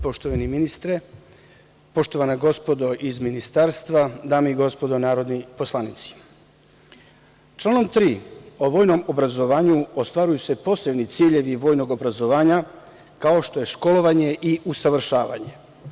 Poštovani ministre, poštovana gospodo iz ministarstva, dame i gospodo narodni poslanici, članom 3. o vojnom obrazovanju ostvaruju se posebni ciljevi vojnog obrazovanja, kao što je školovanje i usavršavanje.